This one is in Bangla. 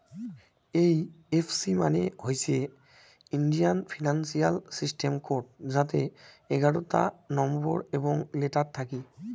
এই এফ সি মানে হইসে ইন্ডিয়ান ফিনান্সিয়াল সিস্টেম কোড যাতে এগারোতা নম্বর এবং লেটার থাকি